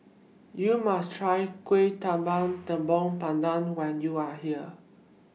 YOU must Try Kuih Talam Tepong Pandan when YOU Are here